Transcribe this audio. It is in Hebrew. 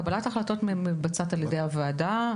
קבלת ההחלטות מתבצעת על ידי הוועדה,